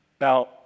Now